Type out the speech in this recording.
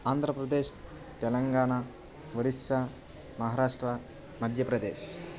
Andhra Pradesh Telangana Orissa Maharashtra Madhya Pradesh